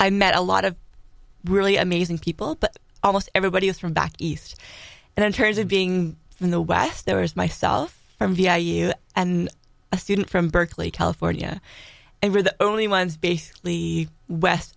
i met a lot of really amazing people but almost everybody is from back east and in terms of being from the west there was myself from vi you and a student from berkeley california they were the only ones basically west